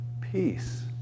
peace